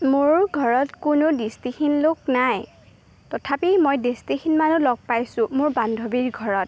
মোৰ ঘৰত কোনো দৃষ্টিহীন নাই তথাপি মই দৃষ্টিহীনমানুহ লগ পাইছোঁ মোৰ বান্ধৱীৰ ঘৰত